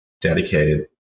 dedicated